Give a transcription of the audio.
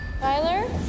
Tyler